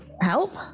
help